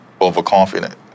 overconfident